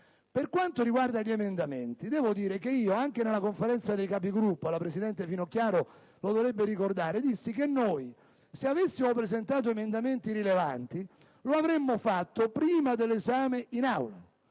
Per quanto riguarda gli emendamenti, devo dire che anche in sede di Conferenza dei Caprigruppo - la presidente Finocchiaro lo dovrebbe ricordare - dissi che, se avessimo presentato emendamenti rilevanti, lo avremmo fatto prima dell'esame in Aula,